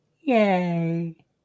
Yay